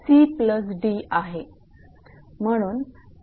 पण 𝑦𝑐𝑑 आहे